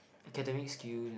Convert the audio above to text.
academic skill you know